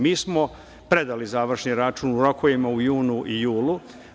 Mi smo predali završni račun u rokovima u junu i julu.